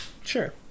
Sure